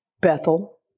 Bethel